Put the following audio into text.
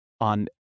on